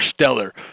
stellar